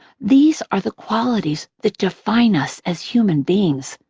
these are the qualities that define us as human beings,